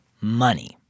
money